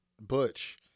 Butch